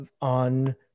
on